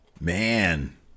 Man